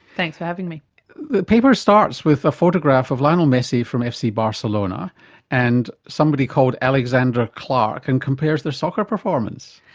thanks for having me. the paper starts with a photograph of lionel messi from fc barcelona and somebody called alexander clark, and compares their soccer performance.